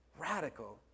Radical